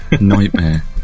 nightmare